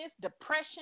depression